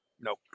Nope